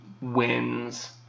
wins